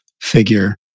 figure